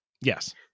Yes